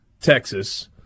Texas